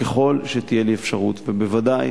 ככל שתהיה לי אפשרות, ובוודאי